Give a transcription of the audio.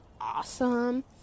awesome